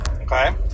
okay